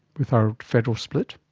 with our federal split?